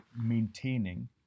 maintaining